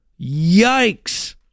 Yikes